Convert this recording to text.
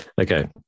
Okay